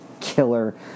killer